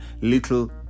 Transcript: little